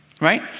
right